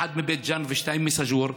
אחת מבית ג'ן ושתיים מסאג'ור,